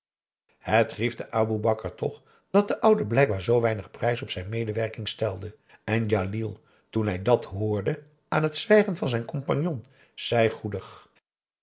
het griefde aboe bakar toch dat de oude blijkbaar zoo weinig prijs op zijn medewerking stelde en djalil toen hij dat hoorde aan het zwijgen van zijn compagnon zei goedig